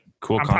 Cool